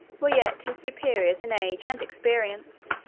were yet his superiors in age and experience